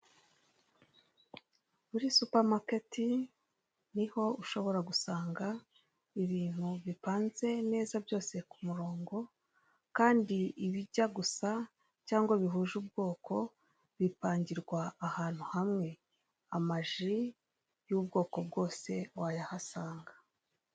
Muri supamaketi niho ushobora gusanga ibintu bipanze neza byose kumurongo kandi ibijya gusa cyangwa bihuje ubwoko bipangirwa ahantu hamwe, amaji y'ubwoko bwose wayahasanga.